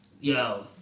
Yo